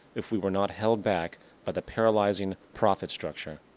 if we were not held back by the paralyzing profit structure.